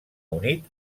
unit